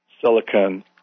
silicon